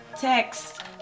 text